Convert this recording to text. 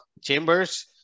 Chambers